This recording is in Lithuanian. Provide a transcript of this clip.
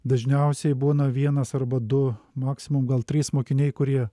dažniausiai būna vienas arba du maksimum gal trys mokiniai kurie